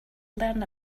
learn